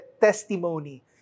testimony